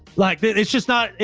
like it's just not,